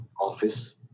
office